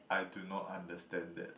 I do not understand that